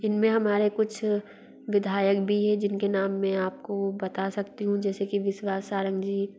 इन में हमारे कुछ विधायक भी हैं जिनके नाम में आप को बता सकती हूँ जैसे कि विश्वास सारंग जी